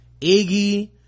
iggy